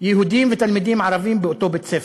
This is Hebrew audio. יהודים ותלמידים ערבים באותו בית-ספר,